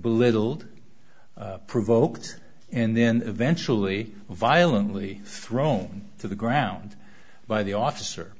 belittled provoked and then eventually violently thrown to the ground by the officer